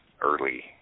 early